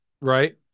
right